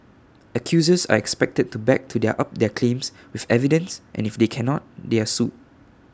accusers are expected to back to their up their claims with evidence and if they cannot they are sued